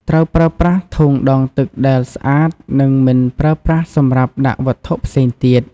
ត្រូវប្រើប្រាស់ធុងដងទឹកដែលស្អាត និងមិនប្រើប្រាស់សម្រាប់ដាក់វត្ថុផ្សេងទៀត។